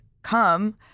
come